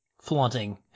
flaunting